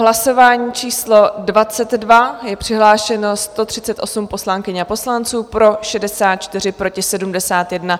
V hlasování číslo 22 je přihlášeno 138 poslankyň a poslanců, pro 64, proti 71.